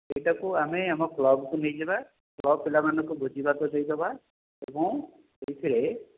ସେଇଟାକୁ ଆମେ ଆମ କ୍ଲବ୍କୁ ନେଇଯିବା କ୍ଲବ୍ ପିଲାମାନଙ୍କୁ ଭୋଜିଭାତ ଦେଇଦବା ଏବଂ ଏଥିରେ